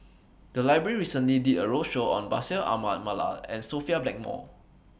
The Library recently did A roadshow on Bashir Ahmad Mallal and Sophia Blackmore